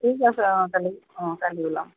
ঠিক আছে অঁ কালি অঁ কালি ওলাম